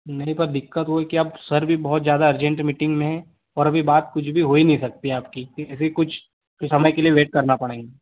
मेरे पास दिक्कत हो कि आप सर भी बहुत ज़्यादा अर्जेंट मीटिंग में हैं और अभी बात कुछ भी हो ही नहीं सकती आपकी ऐसे ही कुछ समय के लिए वेट करना पड़ें